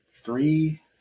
three